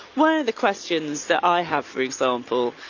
one of the questions that i have for example,